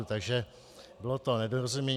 Takže bylo to nedorozumění.